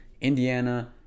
Indiana